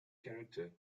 character